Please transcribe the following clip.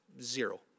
zero